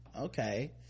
Okay